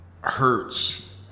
hurts